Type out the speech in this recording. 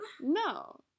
No